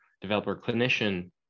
developer-clinician